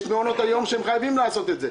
יש את מעונות היום שהם חייבים לעשות את זה.